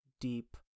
deep